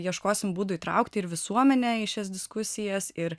ieškosim būdų įtraukti ir visuomenę į šias diskusijas ir